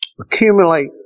accumulate